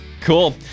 Cool